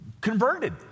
converted